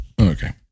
Okay